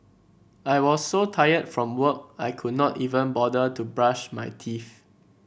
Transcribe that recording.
I was so tired from work I could not even bother to brush my teeth